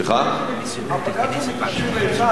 הבג"ץ הוא מ-1991,